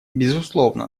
безусловно